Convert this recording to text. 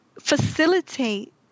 facilitate